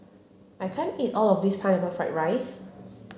I can't eat all of this pineapple fried rice